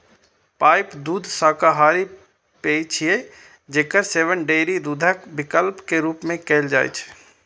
pipe दूध शाकाहारी पेय छियै, जेकर सेवन डेयरी दूधक विकल्प के रूप मे कैल जाइ छै